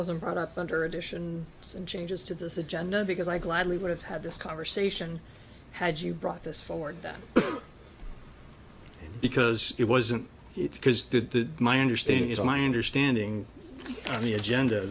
wasn't brought up under addition some changes to this agenda because i gladly would have had this conversation had you brought this forward that because it wasn't it because the my understanding is my understanding